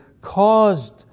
caused